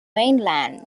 mainland